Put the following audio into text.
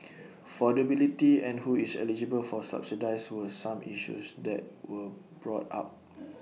affordability and who is eligible for subsidies were some issues that were brought up